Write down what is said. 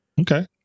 Okay